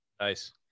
Nice